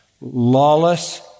lawless